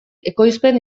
ekoizpen